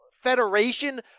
federation